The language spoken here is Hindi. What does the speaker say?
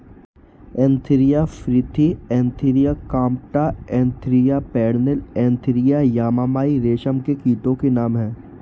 Antheraea frithi Antheraea compta Antheraea pernyi Antheraea yamamai रेशम के कीटो के नाम हैं